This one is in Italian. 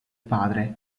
padre